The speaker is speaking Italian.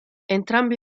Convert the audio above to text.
entrambi